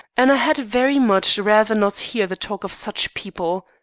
and i had very much rather not hear the talk of such people